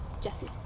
Jesse